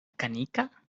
canica